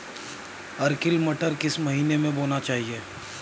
Arkel मटर किस महीना में बोना चाहिए?